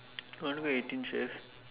want go eighteen chef